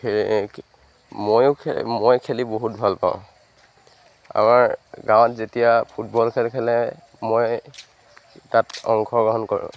সেই ময়ো ময়ো খেলি বহুত ভাল পাওঁ আমাৰ গাঁৱত যেতিয়া ফুটবল খেল খেলে মই তাত অংশগ্ৰহণ কৰোঁ